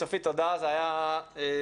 צופית, תודה, זה היה חשוב.